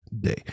day